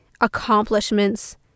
accomplishments